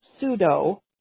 pseudo